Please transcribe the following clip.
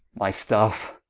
my staffe?